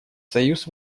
союз